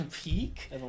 Peak